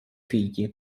figli